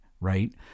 right